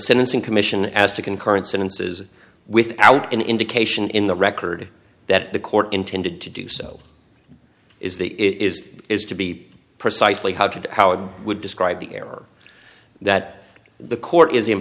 sentencing commission as to concurrent sentences without an indication in the record that the court intended to do so is the is is to be precisely how did how i would describe the error that the court is